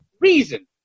reason